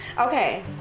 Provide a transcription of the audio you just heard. okay